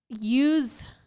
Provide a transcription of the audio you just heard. use